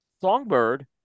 Songbird